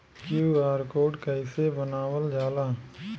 QR code कइसे बनवाल जाला?